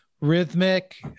rhythmic